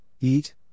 eat